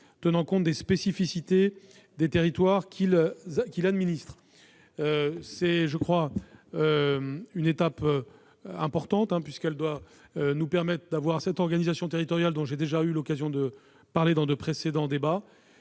tenant compte des spécificités des territoires qu'il administre. C'est là une étape importante qui doit nous permettre de mettre en place cette organisation territoriale dont j'ai déjà eu l'occasion de parler lors de précédents débats